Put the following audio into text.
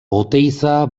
oteiza